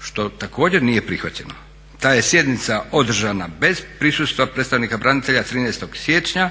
što također nije prihvaćeno. Ta je sjednica održana bez prisustva predstavnika branitelja 13. siječnja